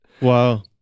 Wow